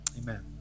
Amen